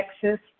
Texas